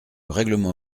règlement